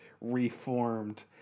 reformed